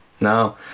no